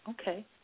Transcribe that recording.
Okay